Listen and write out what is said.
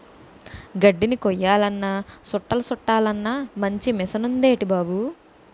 గడ్దిని కొయ్యాలన్నా సుట్టలు సుట్టలన్నా మంచి మిసనుందేటి బాబూ